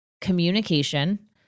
communication